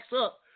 up